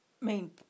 main